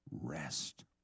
rest